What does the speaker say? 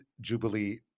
Jubilee